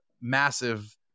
massive